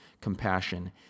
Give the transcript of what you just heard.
compassion